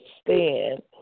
stand